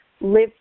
live